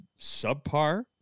subpar